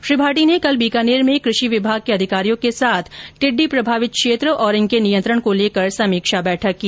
श्री भाटी ने कल बीकानेर में कृषि विभाग के अधिकारियों के साथ टिड़डी प्रभावित क्षेत्र और इनके नियंत्रण को लेकर समीक्षा बैठक की